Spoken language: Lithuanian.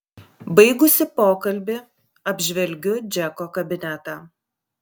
baigusi pokalbį apžvelgiu džeko kabinetą